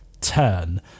turn